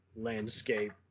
Landscape